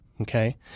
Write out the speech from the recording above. Okay